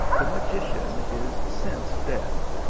the magician is since dead,